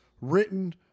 written